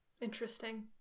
interesting